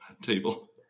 table